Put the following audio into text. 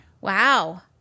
Wow